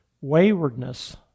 waywardness